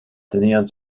tenían